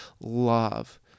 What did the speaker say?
love